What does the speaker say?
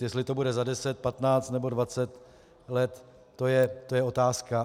Jestli to bude za deset, patnáct nebo dvacet let, to je otázka.